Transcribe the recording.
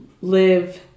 live